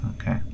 Okay